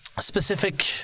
specific